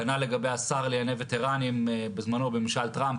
כנ"ל לגבי השר לענייני וטרנים בזמנו במימשל טראמפ,